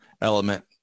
element